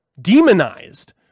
demonized